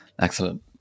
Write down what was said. Excellent